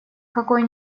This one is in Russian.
какой